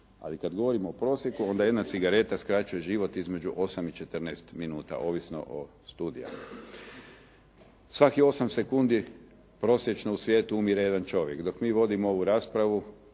ali kad govorimo o prosjeku, onda jedna cigareta skraćuje život između 8 i 14 minuta, ovisno o studijama. Svakih 8 sekundi prosječno u svijetu umire jedan čovjek. Dok mi vodimo ovu raspravu